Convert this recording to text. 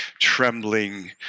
trembling